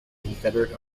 confederate